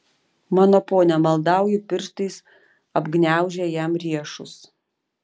mano pone maldauju pirštais apgniaužė jam riešus